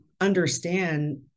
understand